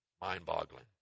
Mind-boggling